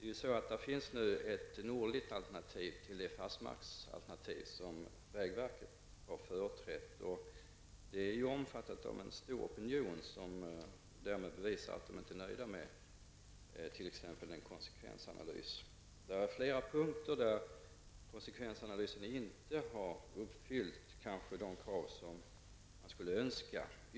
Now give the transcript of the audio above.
Det finns nu ett alternativ som liknar det fastmarksalternativ som vägverket företräder. En stor opinion står bakom det förslaget, och därmed bevisas att man inte är nöjd med konsekvensbeskrivningen. På flera punkter har konsekvensanalysen inte uppfyllts.